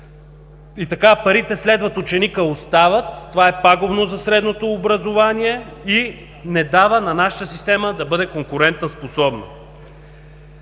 заплата. „Парите следват ученика“ остава – това е пагубно за средното образование и не дава на нашата система да бъде конкурентоспособна.